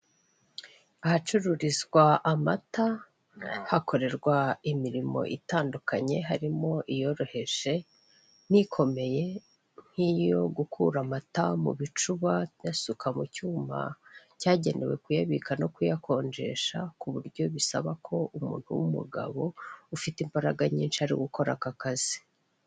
Ahacururizwa amata, hakorerwa imirimo itandukanye harimo iyoroheje n'ikomeye, nk'iyo gukura mata mu bicuba nyasuka mu cyuma cyagenewe kuyabika no kuyakonjesha ku burya bisaba ko umuntu w'umugabo ufite imbaraga nyinshi ari we ukora aka kazi.